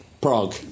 Prague